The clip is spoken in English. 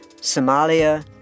Somalia